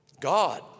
God